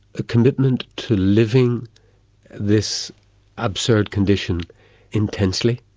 a commitment to living this absolute condition intensely,